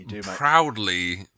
proudly